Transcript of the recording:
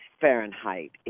Fahrenheit